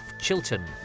Chilton